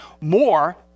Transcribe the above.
more